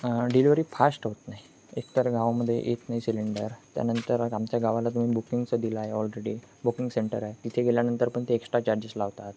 delivery fast होत नाही एकतर गावामध्ये येत नाही सिलेंडर त्यानंतर आमच्या गावाला तुम्ही बुकिंगचं दिलं आहे ऑलरेडी बुकिंग सेंटर आहे तिथे गेल्यानंतर पण ते एक्स्ट्रा चार्जेस लावतात